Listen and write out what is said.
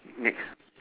next